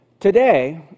Today